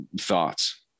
thoughts